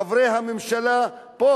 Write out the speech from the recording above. חברי הממשלה פה,